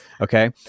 Okay